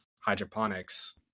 hydroponics